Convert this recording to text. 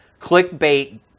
clickbait